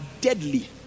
deadly